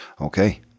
Okay